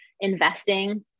investing